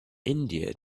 india